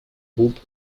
groupe